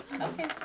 Okay